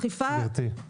הם העיקריעם.